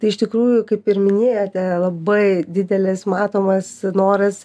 tai iš tikrųjų kaip ir minėjote labai didelis matomas noras